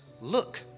look